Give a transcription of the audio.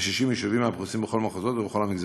מ-60 יישובים הפרוסים בכל המחוזות ובכל המגזרים.